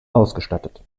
ausgestattet